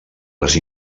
les